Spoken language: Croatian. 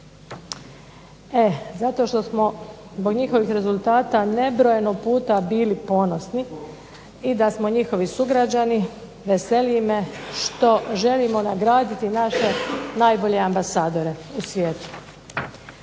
E zato što smo zbog njihovih rezultata nebrojeno puta bili ponosni, i da smo njihovi sugrađani, veseli me što želimo nagraditi naše najbolje ambasadore u svijetu.